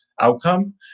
outcome